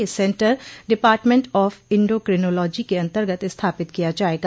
यह centre department of endocrinology के अन्तर्गत स्थापित किया जायेगा